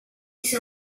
ese